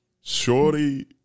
Shorty